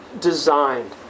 designed